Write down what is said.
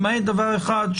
למעט דבר אחד,